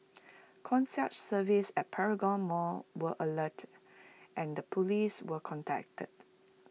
concierge services at Paragon Mall were alerted and the Police were contacted